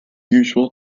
usual